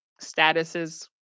statuses